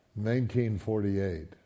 1948